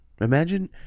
Imagine